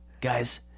guys